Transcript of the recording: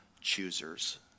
choosers